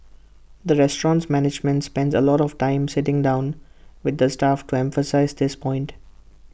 the restaurant's management spends A lot of time sitting down with the staff to emphasise this point